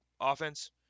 offense